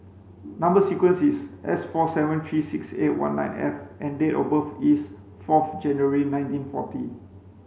number sequence is S four seven three six eight one nine F and date of birth is fourth January nineteen forty